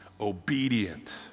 Obedient